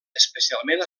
especialment